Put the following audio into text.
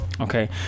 okay